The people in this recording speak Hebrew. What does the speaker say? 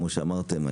כמו שאמרתם,